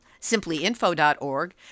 SimplyInfo.org